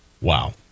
Wow